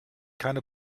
keine